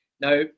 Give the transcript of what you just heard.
Now